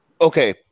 Okay